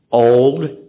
old